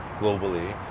globally